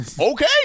okay